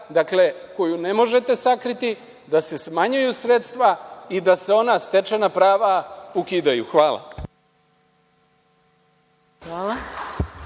je, koju ne možete sakriti, da se smanjuju sredstva i da se ona stečena prava ukidaju. Hvala.